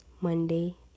monday